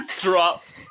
Dropped